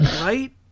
Right